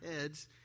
heads